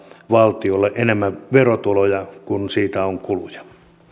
valtiolle enemmän verotuloja kuin siitä on kuluja